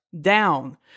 down